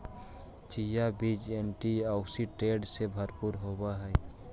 chia बीज antioxidant से भरपूर होवअ हई